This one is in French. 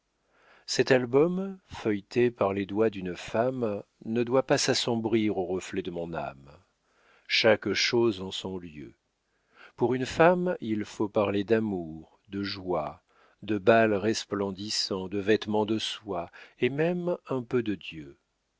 cet album feuilleté par les doigts d'une femme ne doit pas s'assombrir au reflet de mon âme chaque chose en son lieu pour une femme il faut parler d'amour de joie de bals resplendissants de vêtements de soie et même un peu de dieu